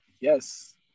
Yes